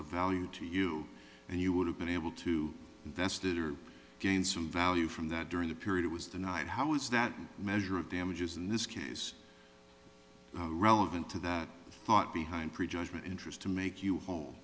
of value to you and you would have been able to invest it or gain some value from that during the period it was the night how is that measure of damages in this case relevant to that thought behind pre judgment interest to make you home